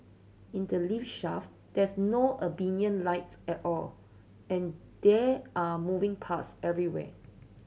in the lift shaft there's no ambient lights at all and there are moving parts everywhere